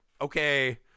okay